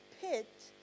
pit